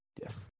Yes